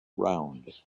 round